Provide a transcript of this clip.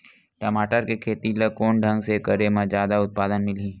टमाटर के खेती ला कोन ढंग से करे म जादा उत्पादन मिलही?